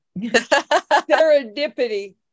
Serendipity